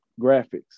graphics